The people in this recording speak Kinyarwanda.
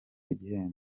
igihembo